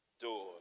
Door